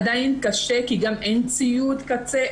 עדיין קשה כי גם אין ציוד קצה,